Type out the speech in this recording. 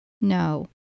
No